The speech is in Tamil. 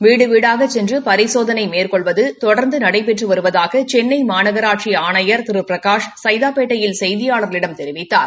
வீடு வீடாக சென்று பரிசோதனை மேற்கொள்வது தொடர்ந்து நடைபெற்று வருவதாக சென்னை மாநகராட்சி ஆணையர் திரு பிரகாஷ் சைதாப்பேட்டையில் செய்தியாளர்களிடம் தெரிவித்தார்